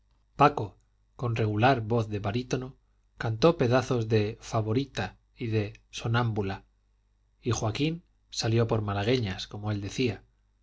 paco con regular voz de barítono cantó pedazos de favorita y de sonámbula y joaquín salió por malagueñas como él decía